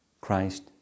Christ